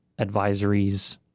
advisories